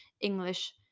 English